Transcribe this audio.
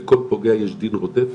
לכל פוגע יש דין רודף